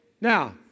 Now